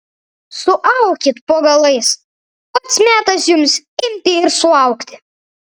suaukit po galais pats metas jums imti ir suaugti